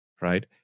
right